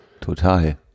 Total